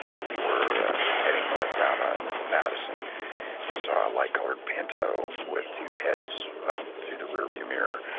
we were heading northbound on madison and we saw a light-colored pinto with two heads up through the rearview mirror.